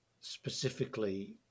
specifically